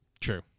true